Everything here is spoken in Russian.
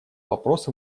вопрос